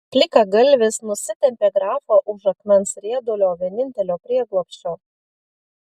plikagalvis nusitempė grafą už akmens riedulio vienintelio prieglobsčio